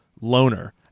loner